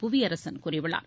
புவியரசன் கூறியுள்ளார்